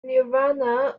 nirvana